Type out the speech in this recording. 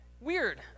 weird